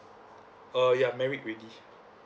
ah ya married already